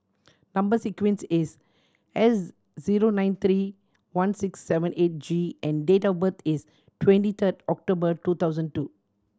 number sequence is S zero nine three one six seven eight G and date of birth is twenty third October two thousand two